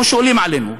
לא שואלים עלינו?